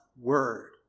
word